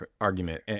argument